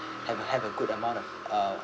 have a have a good amount of uh